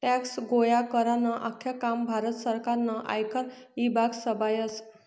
tax गोया करानं आख्खं काम भारत सरकारनं आयकर ईभाग संभायस